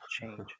change